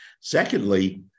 Secondly